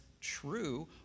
true